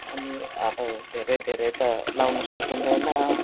अनि अब धेरै धेरै त लगाउनु सकिँदैन